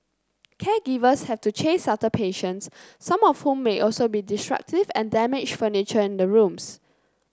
caregivers have to chase after patients some of whom may also be destructive and damage furniture in the rooms